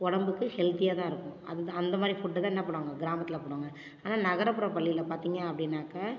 உடம்புக்கு ஹெல்த்தியாக தான் இருக்கும் அதுதான் அந்த மாதிரி ஃபுட்டை தான் என்ன பண்ணுவாங்க கிராமத்தில் போடுவாங்க ஆனால் நகரப்புற பள்ளியில் பார்த்திங்க அப்படின்னாக்கா